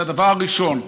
זה הדבר הראשון.